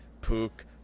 Pook